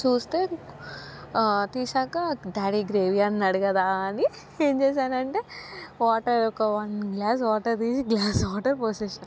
చూస్తే తీసాక daddy gravy అన్నాడు కదా అని ఏం చేసానంటే వాటర్ ఒక వన్ గ్లాస్ వాటర్ తీసి గ్లాస్ వాటర్ పోసేసిన